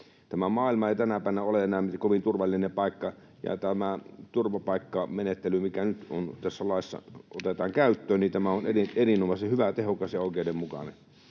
Tämä maailma ei tänäpänä ole enää kovin turvallinen paikka, ja tämä turvapaikkamenettely, mikä nyt tässä laissa otetaan käyttöön, on erinomaisen hyvä, tehokas ja oikeudenmukainen.